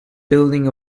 building